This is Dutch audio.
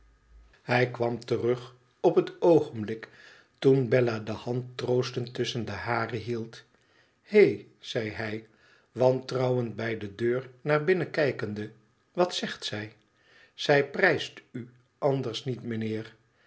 hij kwam terug op het oogenblik toen bella de hand troostend tusschen de hare hield hé zei hij wantrouwend bij de deur naar binnen kijkende wat xegtzij zij prijst u anders niet mijnheer